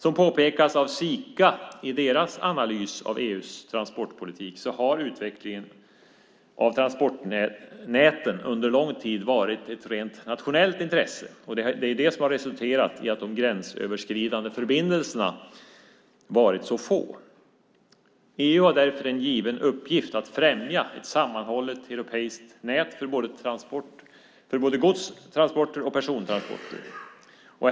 Som påpekas av Sika i deras analys av EU:s transportpolitik har utvecklingen av transportnäten under lång tid varit ett rent nationellt intresse, och det har resulterat i att de gränsöverskridande förbindelserna varit få. EU har därför en given uppgift att främja ett sammanhållet europeiskt nät för både godstransporter och persontransporter.